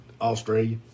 Australia